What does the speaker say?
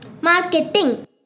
Marketing